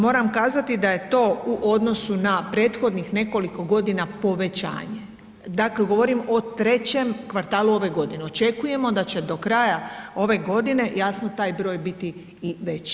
Moram kazati da je to u odnosu na prethodnih nekoliko godina povećanje, dakle govorim o 3. kvartalu ove godine, očekujemo da će do kraja ove godine, jasno, taj broj biti i veći.